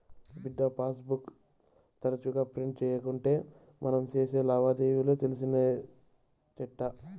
బిడ్డా, passbook తరచుగా print తీయకుంటే మనం సేసే లావాదేవీలు తెలిసేటెట్టా